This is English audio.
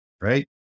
right